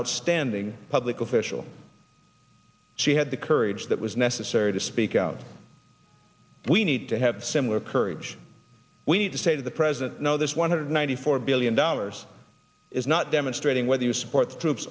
outstanding public official she had the courage that was necessary to speak out we need to have similar courage we need to say to the president no this one hundred ninety four billion dollars is not demonstrating whether you support the troops